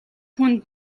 хүнд